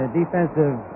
defensive